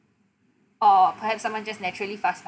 or perhaps someone just naturally fast~